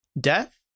death